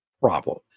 problem